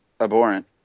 abhorrent